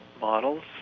models